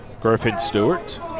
Griffin-Stewart